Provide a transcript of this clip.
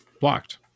blocked